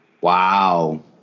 Wow